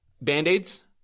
Band-Aids